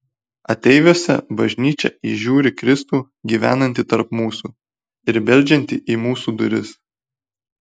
ateiviuose bažnyčia įžiūri kristų gyvenantį tarp mūsų ir beldžiantį į mūsų duris